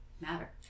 matter